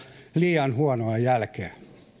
liian huonoa jälkeä